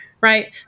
right